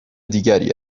دیگری